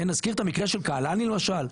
נזכיר את המקרה של קהלני למשל,